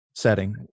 Setting